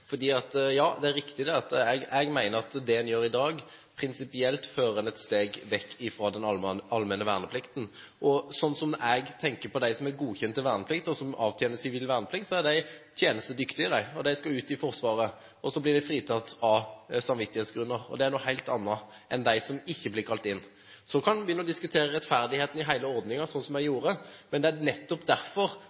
at det en gjør i dag, prinsipielt fører en et steg vekk fra den allmenne verneplikten. Jeg tenker at de som er godkjent til verneplikt, og som avtjener sivil verneplikt, er tjenestedyktige. De skal ut i Forsvaret, og så blir de fritatt av samvittighetsgrunner. Det er noe helt annet enn de som ikke blir kalt inn. Så kan en begynne å diskutere rettferdigheten i hele ordningen, sånn som vi gjorde, og det er nettopp derfor